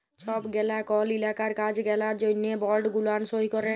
ছব গেলা কল ইলাকার কাজ গেলার জ্যনহে বল্ড গুলান সই ক্যরে